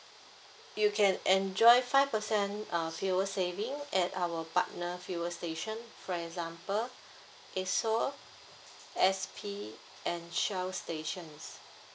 you can enjoy five percent uh fuel saving at our partner fuel station for example esso S_P and shell stations